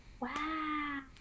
Wow